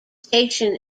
station